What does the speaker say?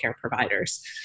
providers